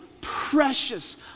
precious